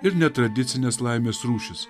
ir netradicines laimės rūšis